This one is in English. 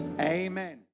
Amen